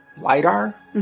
LIDAR